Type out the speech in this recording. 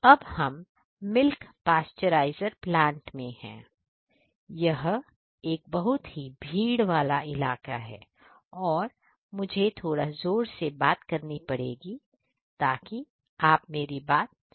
अब हम milk pasteuriser plant में हैं यह एक बहुत भीड़ वाला इलाका है और मुझे थोड़ा जोर से बात करनी पड़ेगी ताकि आप मेरी बात सुन सके